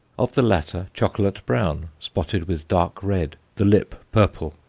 of the latter chocolate-brown, spotted with dark red, the lip purple.